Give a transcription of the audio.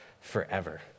forever